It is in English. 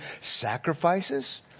sacrifices